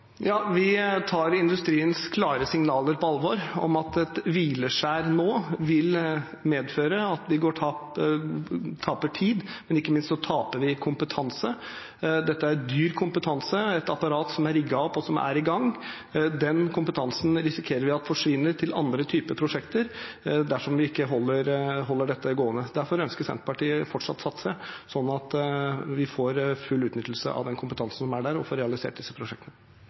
Vi tar industriens klare signaler på alvor, at et hvileskjær nå vil medføre at vi taper tid, men ikke minst taper vi kompetanse. Dette er dyr kompetanse, et apparat som er rigget opp, og som er i gang. Den kompetansen risikerer vi forsvinner til andre typer prosjekter dersom vi ikke holder dette gående. Derfor ønsker Senterpartiet fortsatt å satse, slik at vi får full utnyttelse av den kompetansen som er der, og får realisert disse prosjektene.